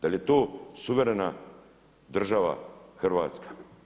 Da li je to suverena država Hrvatska?